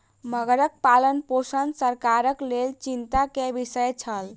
मगरक पालनपोषण सरकारक लेल चिंता के विषय छल